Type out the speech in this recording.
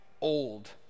old